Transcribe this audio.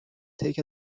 take